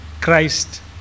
Christ